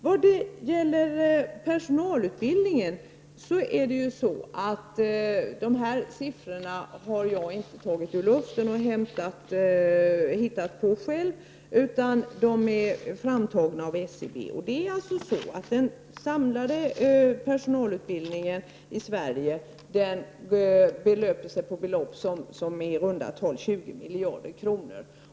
Jag har inte tagit siffrorna om personalutbildningen ur luften eller hittat på dem själv, utan det är SCB som har tagit fram dem. Den samlade personalutbildningen i Sverige kostar i runda tal 20 miljarder kronor.